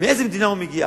מאיזו מדינה הוא מגיע,